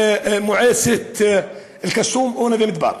מועצת אל-קסום ונווה מדבר,